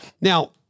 Now